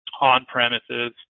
on-premises